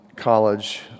college